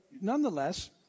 nonetheless